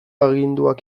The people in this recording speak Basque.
aginduak